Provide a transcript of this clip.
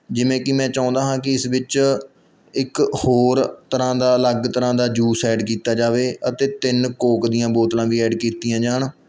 ਜਿਵੇਂ ਕਿ ਮੈਂ ਚਾਹੁੰਦਾ ਹਾਂ ਕਿ ਇਸ ਵਿੱਚ ਇੱਕ ਹੋਰ ਤਰ੍ਹਾਂ ਦਾ ਅਲੱਗ ਤਰ੍ਹਾਂ ਦਾ ਜੂਸ ਐਡ ਕੀਤਾ ਜਾਵੇ ਅਤੇ ਤਿੰਨ ਕੋਕ ਦੀਆਂ ਬੋਤਲਾਂ ਵੀ ਐਡ ਕੀਤੀਆਂ ਜਾਣ